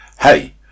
hey